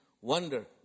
wonder